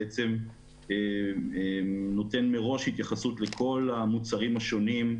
בעצם נותן מראש התייחסות לכל המוצרים השונים,